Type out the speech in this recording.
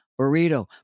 burrito